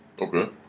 Okay